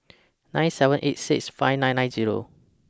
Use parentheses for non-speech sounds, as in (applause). (noise) nine seven eight six five nine nine Zero